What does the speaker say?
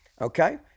okay